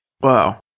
Wow